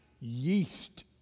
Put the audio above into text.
yeast